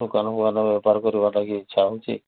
ଦୋକାନ ଫୋକାନ ବେପାର କରିବା ଲାଗି ଇଚ୍ଛା ହେଉଛି